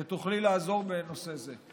שתוכלי לעזור בנושא זה.